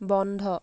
বন্ধ